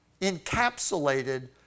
encapsulated